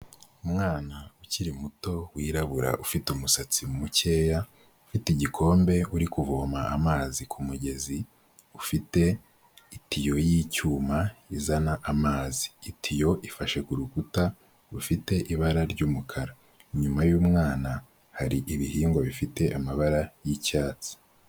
Umwana ukiri muto wirabura ufite umusatsi mukeya ufite igikombe, uri kuvoma amazi ku umugezi ufite itiyo yicyuma izana amaz,i itiyo ifashe kurukuta rufite ibara ry'umukara, inyuma y'umwana hari ibihingwa bifite amabara yicyatsi.